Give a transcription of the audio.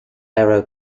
arrow